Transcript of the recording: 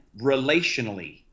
relationally